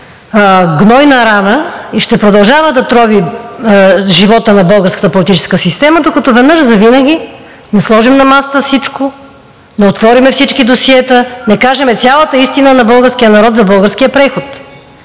гнойна рана и ще продължава да трови живота на българската политическа система, докато веднъж завинаги не сложим на масата всичко, не отворим всички досиета, не кажем цялата истина на българския народ за българския преход.